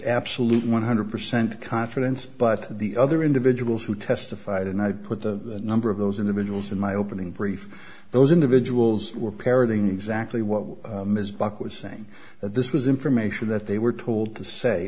absolute one hundred percent confidence but the other individuals who testified and i put the number of those individuals in my opening brief those individuals were parroting exactly what ms block was saying that this was information that they were told to say